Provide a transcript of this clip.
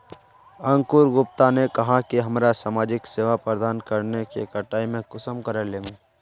अंकूर गुप्ता ने कहाँ की हमरा समाजिक सेवा प्रदान करने के कटाई में कुंसम करे लेमु?